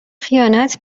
خیانت